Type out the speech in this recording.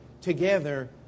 together